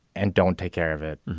and don't take care of it.